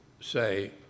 say